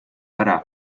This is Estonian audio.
ära